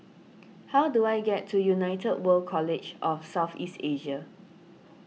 how do I get to United World College of South East Asia